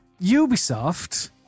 Ubisoft